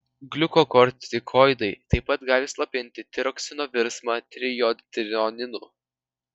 gliukokortikoidai taip pat gali slopinti tiroksino virsmą trijodtironinu